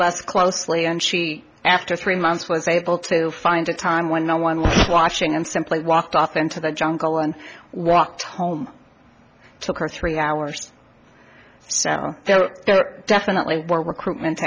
last closely and she after three months was a book sale find a time when no one was watching and simply walked off into the jungle and walked home took her three hours so there definitely were recruitment